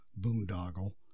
boondoggle